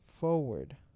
forward